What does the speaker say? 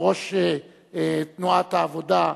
ראש תנועת העבודה,